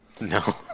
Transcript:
No